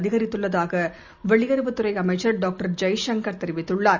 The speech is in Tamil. அதிகரித்துள்ளதாகவெளியுறவுத் துறைஅமைச்சர் டாக்டர் ஜெய் சங்கர் தெரிவித்துள்ளார்